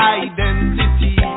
identity